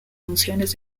funciones